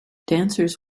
dancers